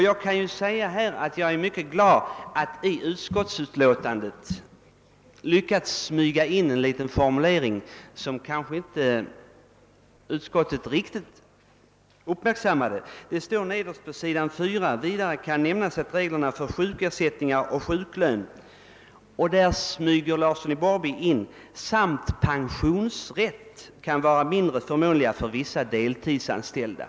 Jag är glad över att jag i utskottsutlåtandet lyckats smyga in en liten formulering, som kanske utskottet inte riktigt uppmärksammat. Nederst på s. 4 heter det: »Vidare kan nämnas att reglerna för sjukersättningar och sjuklön», och där smyger Larsson i Borrby in »samt pensionsrätt«, och därefter fortsätter meningen >kan vara mindre förmånliga för vissa deltidsanställda>.